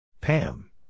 Pam